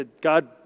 God